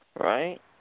Right